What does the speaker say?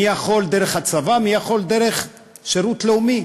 מי שיכול דרך הצבא, מי שיכול דרך שירות לאומי,